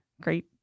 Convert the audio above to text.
great